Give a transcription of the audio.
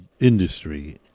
industry